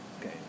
okay